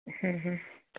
হুম হুম